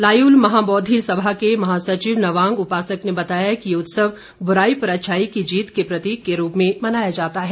लायुल महाबौद्वी सभा के महा सचिव नवांग उपासक ने बताया कि ये उत्सव बुराई पर अच्छाई की जीत के प्रतीक के रूप में मनाया जाता है